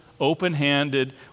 open-handed